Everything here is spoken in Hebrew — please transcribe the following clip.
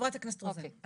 חברת הכנסת רוזין.